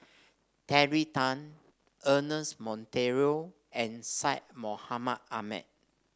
Terry Tan Ernest Monteiro and Syed Mohamed Ahmed